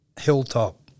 Hilltop